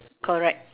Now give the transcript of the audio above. correct